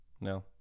No